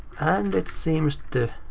and it seems to